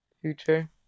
Future